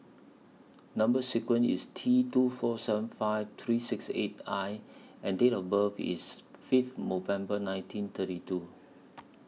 Number sequence IS T two four seven five three six eight I and Date of birth IS Fifth nineteen thirty two